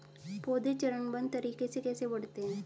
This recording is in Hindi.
पौधे चरणबद्ध तरीके से कैसे बढ़ते हैं?